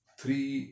three